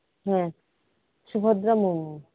ᱦᱮᱸ ᱥᱩᱵᱷᱚᱫᱨᱟ ᱢᱩᱨᱢᱩ